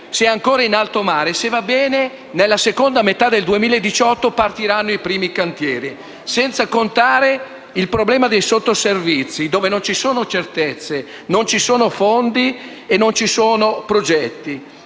è ancora in alto mare e se va bene, nella seconda metà del 2018 partiranno i primi cantieri. Senza contare il problema dei sottoservizi, dove non ci sono certezze, non ci sono fondi e non ci sono progetti.